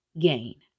gain